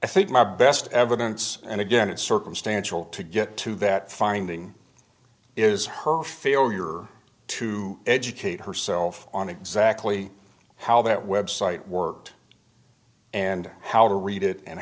i think my best evidence and again it's circumstantial to get to that finding is her failure to educate herself on exactly how that website worked and how to read it and